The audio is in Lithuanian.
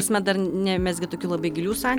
sme dar nemezgi tokių labai gilių san